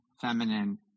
feminine